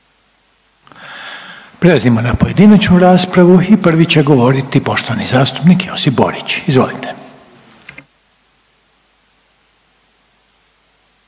Prelazimo na pojedinačnu raspravu i prvi će govoriti poštovani zastupnik Josip Borić. Izvolite.